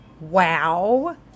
wow